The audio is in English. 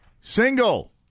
single